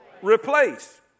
replace